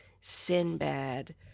Sinbad